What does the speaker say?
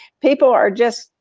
people are just,